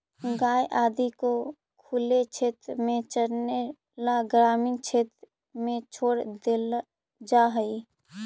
गाय आदि को खुले क्षेत्र में चरने ला ग्रामीण क्षेत्र में छोड़ देल जा हई